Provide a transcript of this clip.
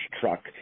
truck